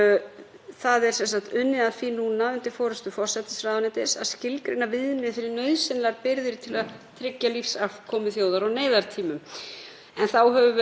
Þá höfum við einnig ákveðið að uppfæra mat ráðsins á þjóðaröryggismálum með hliðsjón af þeirri stöðu sem er komin upp vegna innrásar Rússa í Úkraínu.